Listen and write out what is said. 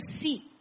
see